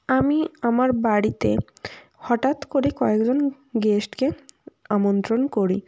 আমি আমার বাড়িতে হটাত করে কয়েকজন গেস্টকে আমন্ত্রণ করি